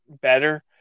better